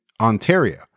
Ontario